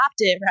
right